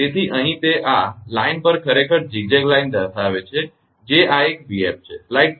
તેથી અહીં તે આ આ લાઇન ખરેખર ઝિગઝેગ લાઇન દર્શાવે છે જે આ એક છે 𝑣𝑓